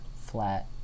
flat